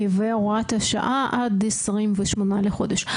והוראת השעה עד ה-28 לחודש.